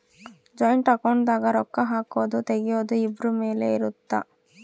joint account ದಾಗ ರೊಕ್ಕ ಹಾಕೊದು ತೆಗಿಯೊದು ಇಬ್ರು ಮೇಲೆ ಇರುತ್ತ